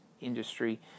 industry